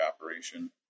operation